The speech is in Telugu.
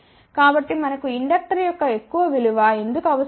కాబట్టి మనకు ఇండక్టర్ యొక్క ఎక్కువ విలువ ఎందుకు అవసరం